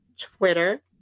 Twitter